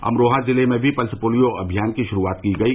अमरोहा ज़िले में भी पल्स पोलियो अभियान की शुरूआत की गयी